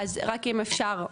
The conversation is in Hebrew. אז רק אם אפשר,